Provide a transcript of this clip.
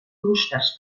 clústers